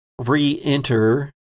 re-enter